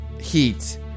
heat